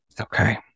Okay